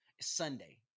Sunday